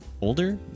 older